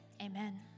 Amen